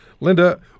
Linda